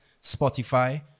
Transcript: Spotify